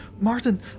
Martin